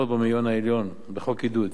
אלה חברות במאיון העליון בחוק עידוד.